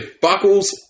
buckles